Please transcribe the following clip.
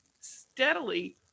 steadily